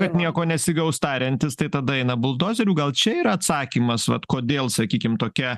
kad nieko nesigaus tariantis tai tada eina buldozeriu gal čia yra atsakymas vat kodėl sakykim tokia